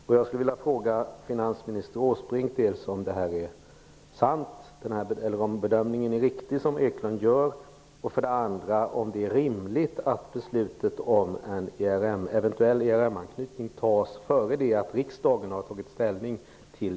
Jag skulle dels vilja fråga finansminister Åsbrink om Eklunds bedömning är riktig, dels om det är rimligt att beslutet om en eventuell ERM-anknytning fattas före det att riksdagen har tagit ställning till